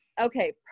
Okay